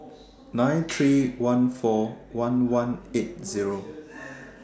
nine three one four one one eight Zero